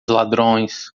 ladrões